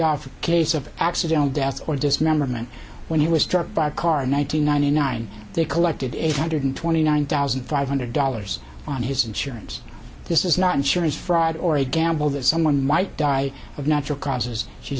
off in case of accidental death or dismemberment when he was struck by a car in one nine hundred ninety nine they collected eight hundred twenty nine thousand five hundred dollars on his insurance this is not insurance fraud or a gamble that someone might die of natural causes she